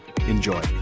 Enjoy